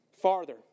farther